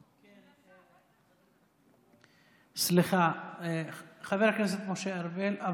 כן, סליחה, חבר הכנסת משה ארבל.